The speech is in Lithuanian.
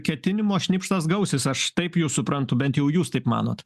ketinimo šnipštas gausis aš taip jus suprantu bent jau jūs taip manot